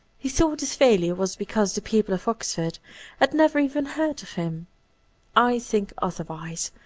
he thought his failure was because the people of oxford had never even heard of him i think otherwise.